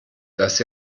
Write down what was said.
dass